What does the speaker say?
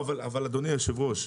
אבל אדוני היושב-ראש,